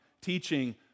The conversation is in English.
teaching